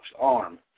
arm